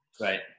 Right